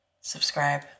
Subscribe